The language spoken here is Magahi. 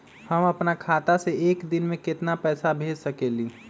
हम अपना खाता से एक दिन में केतना पैसा भेज सकेली?